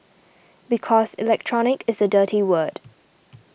because Electronic is a dirty word